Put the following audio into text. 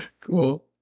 Cool